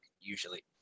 usually